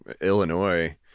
Illinois